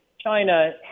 China